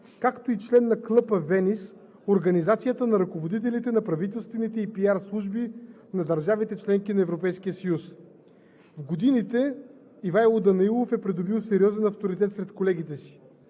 както и член на Club of Venice – организация на ръководителите на правителствените и пиар служби на държавите – членки на Европейския съюз. В годините Ивайло Данаилов е придобил сериозен авторитет сред колегите си.